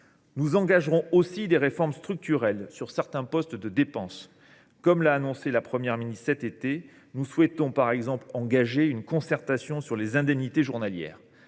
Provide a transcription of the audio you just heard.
Nous engagerons aussi des réformes structurelles sur certains postes de dépenses. Comme l’a annoncé la Première ministre à l’été dernier, nous lancerons par exemple une concertation sur les indemnités journalières.